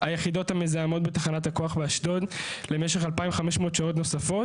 היחידות המזהמות בתחנת הכוח באשדוד למשך 2,500 שעות נוספות,